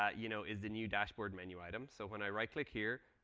ah you know, is the new dashboard menu item. so when i right click here,